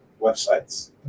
websites